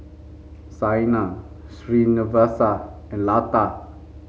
Saina Srinivasa and Lata